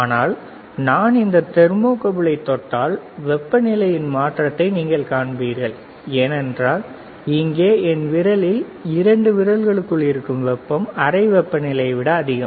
ஆனால் நான் இந்த தெர்மோகப்பிளைத் தொட்டால் வெப்பநிலையின் மாற்றத்தை நீங்கள் காண்பீர்கள் ஏனென்றால் இங்கே என் விரலில் 2 விரல்களுக்குள் இருக்கும் வெப்பம் அறை வெப்பநிலையை விட அதிகம்